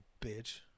bitch